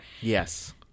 Yes